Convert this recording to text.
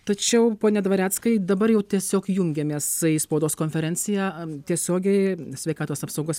tačiau pone dvareckai dabar jau tiesiog jungiamės į spaudos konferenciją tiesiogiai sveikatos apsaugos